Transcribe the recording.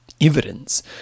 evidence